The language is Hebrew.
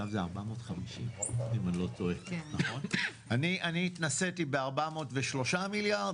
אני התנסיתי ב-403 מיליארד,